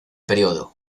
período